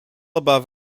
above